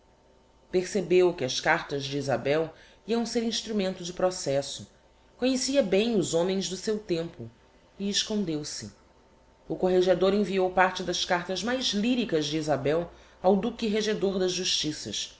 percebeu que as cartas de isabel iam ser instrumento de processo conhecia bem os homens do seu tempo e escondeu-se o corregedor enviou parte das cartas mais lyricas de isabel ao duque regedor das justiças